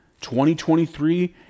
2023